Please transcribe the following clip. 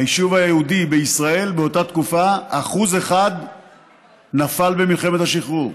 מהיישוב היהודי בישראל באותה תקופה 1% נפל במלחמת השחרור.